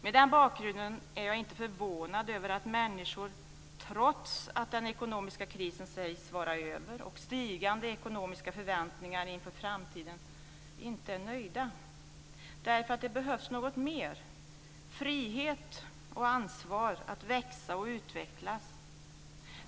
Med den bakgrunden är jag inte förvånad över att människor, trots att den ekonomiska krisen sägs vara över och trots stigande ekonomiska förväntningar inför framtiden, inte är nöjda. Det behövs nämligen något mer: frihet och ansvar att växa och utvecklas.